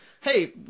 Hey